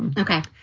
and okay.